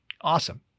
Awesome